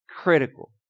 critical